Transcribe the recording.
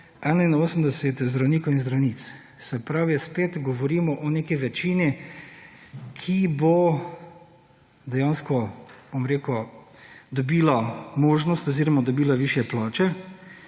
481 zdravnikov in zdravnic. Se pravi spet govorimo o neki večini, ki bo dejansko, bom rekel, dobila možnost oziroma dobila višje plače,